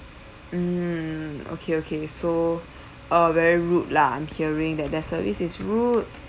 mm okay okay so uh very rude lah I'm hearing that their service is rude